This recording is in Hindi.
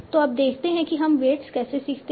तो अब देखते हैं कि हम वेट्स कैसे सीखते हैं